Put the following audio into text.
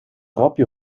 grapje